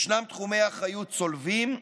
ישנם תחומי אחריות צולבים,